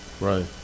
Right